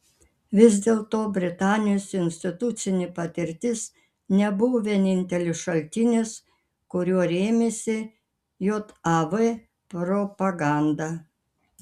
vis dėlto britanijos institucinė patirtis nebuvo vienintelis šaltinis kuriuo rėmėsi jav propaganda